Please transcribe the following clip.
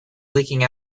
leaking